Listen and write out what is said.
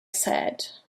said